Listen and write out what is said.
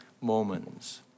moments